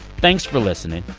thanks for listening.